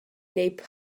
wneud